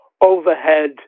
overhead